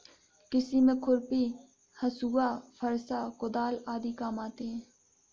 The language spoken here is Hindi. कृषि में खुरपी, हँसुआ, फरसा, कुदाल आदि काम आते है